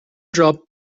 dropped